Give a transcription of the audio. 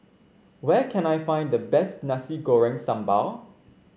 where can I find the best Nasi Goreng Sambal